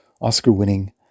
Oscar-winning